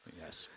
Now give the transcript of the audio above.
Yes